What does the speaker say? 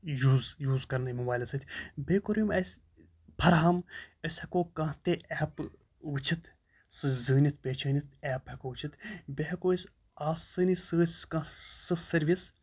use use کَرنہٕ أمۍ موبایلہٕ سۭتۍ بیٚیہِ کوٚر أمۍ اَسہِ فرہَم أسۍ ہٮ۪کو کانٛہہ تہِ اٮ۪پہٕ وٕچھِتھ سُہ زٲنِتھ پہچٲنِتھ اٮ۪پ ہٮ۪کو وٕچھِتھ بیٚیہِ ہٮ۪کو أسۍ آسٲنی سۭتۍ سہٕ کانٛہہ سہٕ سٔروِس